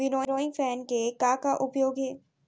Winnowing fan के का का उपयोग हे?